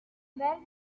well